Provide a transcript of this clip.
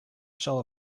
show